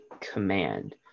command